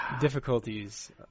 difficulties